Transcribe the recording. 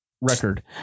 record